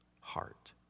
heart